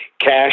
cash